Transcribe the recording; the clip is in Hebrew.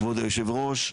כבוד היושב-ראש,